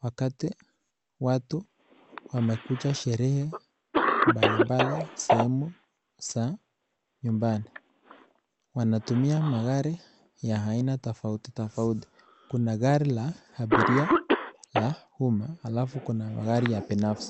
wakati watu wamekuja sherehe mbali mbali sehemu za nyumbai. Wanatumia aina ya magari tofauti tofauti, kuna gari la abiria la Umma alafu kuna magari ya binafsi.